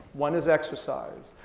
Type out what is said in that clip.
one is exercise.